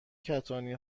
کتانی